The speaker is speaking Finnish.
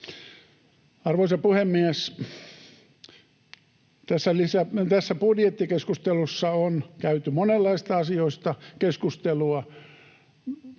Arvoisa puhemies! Tässä budjettikeskustelussa on käyty monenlaisista asioista keskustelua.